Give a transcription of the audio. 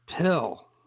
pill